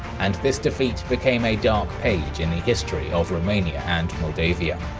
and this defeat became a dark page in the history of romania and moldavia.